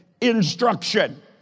instruction